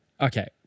Okay